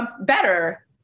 better